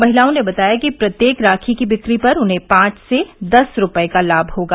महिलाओं ने बताया कि प्रत्येक राखी की बिक्री पर उन्हें पांच से दस रूपये का लाभ होगा